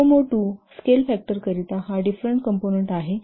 COCOMO II scale फॅक्टरकरिता या different component आहेत